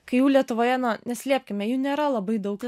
kai jau lietuvoje nuo neslėpkime jų nėra labai daug